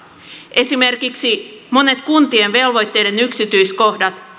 esimerkiksi monet kuntien velvoitteiden yksityiskohdat